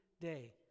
day